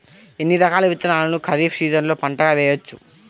ఎన్ని రకాల విత్తనాలను ఖరీఫ్ సీజన్లో పంటగా వేయచ్చు?